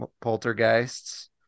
poltergeists